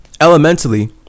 elementally